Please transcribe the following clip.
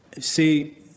see